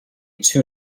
too